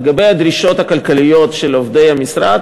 לגבי הדרישות הכלכליות של עובדי המשרד,